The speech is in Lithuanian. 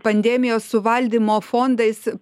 pandemijos suvaldymo fondais